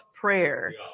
prayer